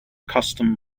custom